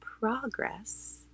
progress